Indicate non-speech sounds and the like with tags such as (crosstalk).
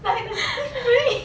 (laughs)